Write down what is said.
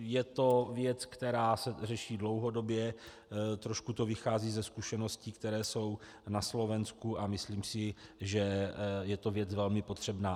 Je to věc, která se řeší dlouhodobě, trošku to vychází ze zkušeností, které jsou na Slovensku, a myslím si, že je to věc velmi potřebná.